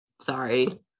Sorry